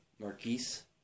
Marquise